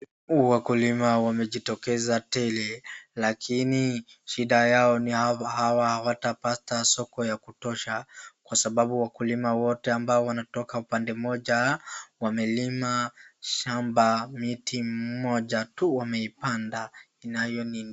Wakulima wamejitokeza tele lakini shida yao ni hawatapata soko ya kutosha kwa sababu wakulima wote wanatoka upande mmoja wamelima shamba miti mmoja tu wamepanda nayo ni...